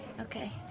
Okay